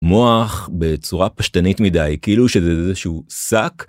מוח בצורה פשטנית מדי כאילו שזה איזשהו שק